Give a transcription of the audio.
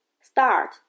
start